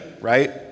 right